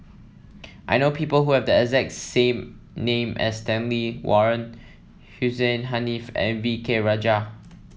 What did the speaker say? I know people who have the exact same name as Stanley Warren Hussein Haniff and V K Rajah